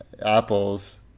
apples –